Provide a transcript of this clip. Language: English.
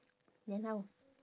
then how